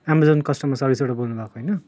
Amazon customer सर्भिसबाट बोल्नुभएको होइन